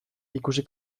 ikusi